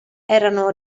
erano